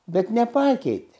bet nepakeitė